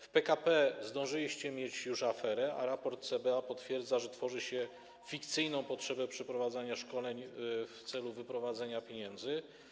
W PKP zdążyliście już mieć aferę, a raport CBA potwierdza, że tworzy się tam fikcyjną potrzebę przeprowadzania szkoleń w celu wyprowadzenia pieniędzy.